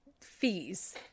fees